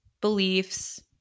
beliefs